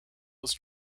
was